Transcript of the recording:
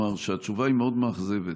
שהתשובה מאוד מאכזבת,